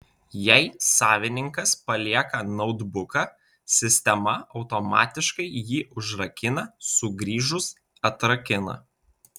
jei savininkas palieka noutbuką sistema automatikai jį užrakina sugrįžus atrakina